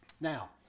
Now